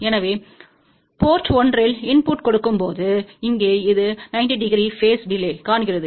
எனவே போர்ட் 1 இல் இன்புட்டைக் கொடுக்கும்போது இங்கே இது 90 டிகிரி பேஸ் டிலே காண்கிறது